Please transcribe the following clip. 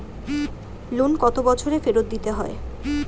Loan কত বছরে ফেরত দিতে হয়?